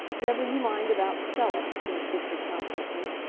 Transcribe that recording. never you mind about stella, he insisted confidently.